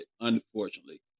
unfortunately